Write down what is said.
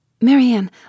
Marianne